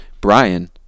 Brian